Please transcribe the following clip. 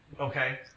Okay